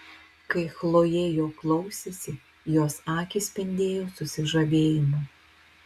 kai chlojė jo klausėsi jos akys spindėjo susižavėjimu